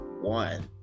one